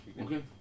Okay